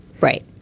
right